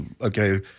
okay